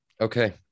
Okay